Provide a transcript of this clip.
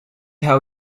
how